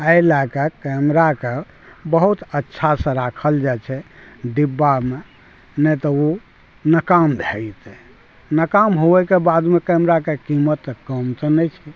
एहि लए कऽ कैमराके बहुत अच्छा सऽ राखल जाइ छै डिब्बा मे नहि तऽ ओ नकाम भऽ जेतै नकाम होबैके बादमे कैमराके कीमत तऽ कम तऽ नहि छै